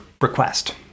request